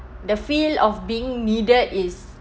the feel of being needed is